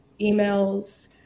emails